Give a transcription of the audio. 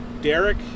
Derek